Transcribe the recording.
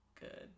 good